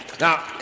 Now